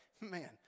man